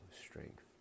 strength